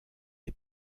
est